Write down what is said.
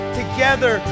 together